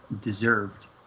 deserved